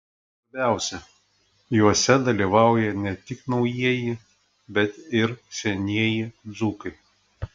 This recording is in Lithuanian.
svarbiausia juose dalyvauja ne tik naujieji bet ir senieji dzūkai